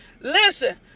Listen